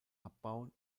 abbauen